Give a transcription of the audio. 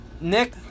Nick